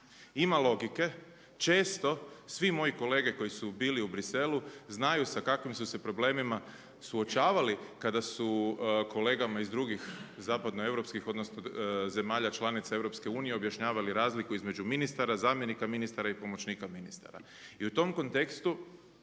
Ima logike, često svi moji kolege koji su bili u Bruxellesu znaju sa kakvim su se problemima suočavali kada su kolegama iz drugih zapadnoeuropskih zemalja članica EU objašnjavali razliku između ministara, zamjenika ministara i pomoćnika ministara. I u tom kontekstu